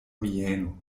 mieno